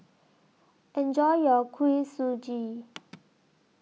Enjoy your Kuih Suji